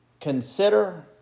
Consider